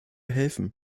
helfen